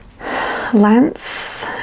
Lance